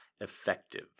effective